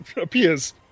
appears